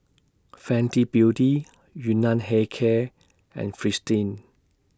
Fenty Beauty Yun Nam Hair Care and Fristine